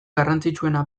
garrantzitsuena